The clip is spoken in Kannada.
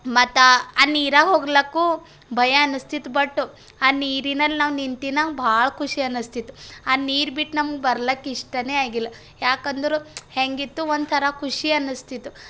ಮತ್ತೆ ಆ ನೀರಿಗೆ ಹೋಗ್ಲಿಕ್ಕೂ ಭಯ ಅನ್ನಿಸ್ತಿತ್ತು ಬಟ್ ಆ ನೀರಿನಲ್ಲಿ ನಾವು ನಿಂತಿನವು ಭಾಳ ಖುಷಿ ಅನ್ನಿಸ್ತಿತ್ತು ಆ ನೀರು ಬಿಟ್ಟು ನಮಗೆ ಬರ್ಲಿಕ್ಕೆ ಇಷ್ಟನೇ ಆಗಿಲ್ಲ ಯಾಕೆಂದ್ರೆ ಹೇಗಿತ್ತು ಒಂಥರ ಖುಷಿ ಅನ್ನಿಸ್ತಿತ್ತು